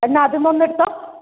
എന്നാൽ അതിൽനിന്നൊന്ന് എടുത്തോ